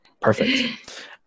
perfect